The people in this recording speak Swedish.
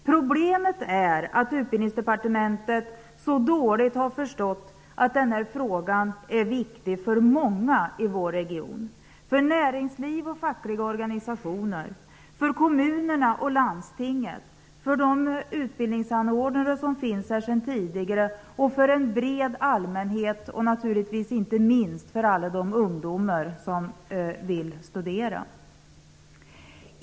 Problemet är att Utbildningsdepartementet så dåligt har förstått att denna fråga är viktig för många i vår region: för näringsliv och fackliga organisationer, för kommunerna och landstinget, för de utbildningsanordnare som finns här sedan tidigare, för en bred allmänhet och naturligtvis inte minst för alla de ungdomar som vill studera.